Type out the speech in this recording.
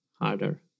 harder